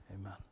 Amen